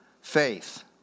faith